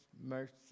mercy